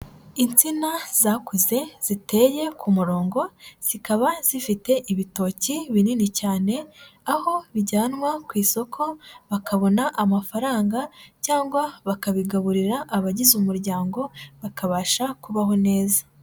Insina zakuze ziteye ku murongo, zikaba zifite ibitoki binini cyane aho bijyanwa ku isoko bakabona amafaranga cyangwa bakabigaburira abagize umuryango, bakabasha kubaho neza.